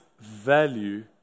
value